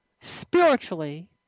spiritually